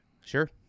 Sure